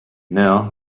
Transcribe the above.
now